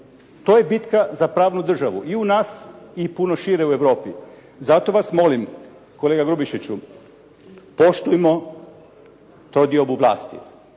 To je bitka za pravnu državu i u nas i puno šire u Europi. Zato vas molim, kolega Grubišiću, poštujmo trodiobu vlasti.